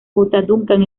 duncan